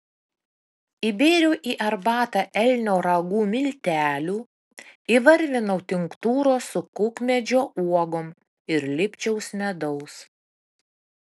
įbėriau į arbatą elnio ragų miltelių įvarvinau tinktūros su kukmedžio uogom ir lipčiaus medaus